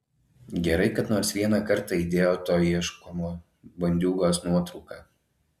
gerai kad nors vieną kartą įdėjo to ieškomo bandiūgos nuotrauką